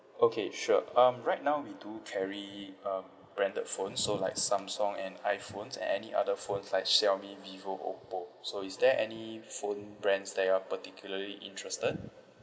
okay sure um right now we do carry um branded phone so like samsung and iphones and any other phones like xiaomi vivo oppo so is there any phone brands that you are particularly interested